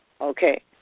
okay